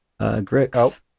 Grix